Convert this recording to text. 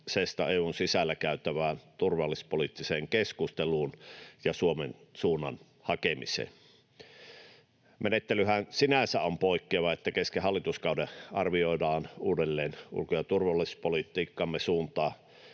EU:n sisällä käytävään turvallisuuspoliittiseen keskusteluun ja Suomen suunnan hakemiseen. Menettelyhän sinänsä on poikkeava, että kesken hallituskauden arvioidaan uudelleen ulko- ja turvallisuuspolitiikkamme suuntaa